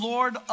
Lord